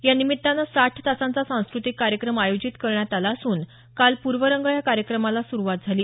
यानिमित्तानं साठ तासांचा सांस्क्रतीक कार्यक्रम आयोजित करण्यात आला असून काल पूर्वरंग या कार्यक्रमाला सुरुवात झाली